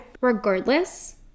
Regardless